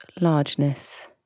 largeness